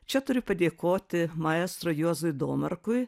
čia turiu padėkoti maestro juozui domarkui